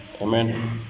Amen